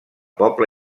poble